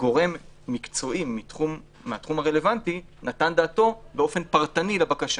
שגורם מקצועי מהתחום הרלוונטי נתן דעתו באופן פרטני לבקשה.